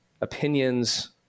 opinions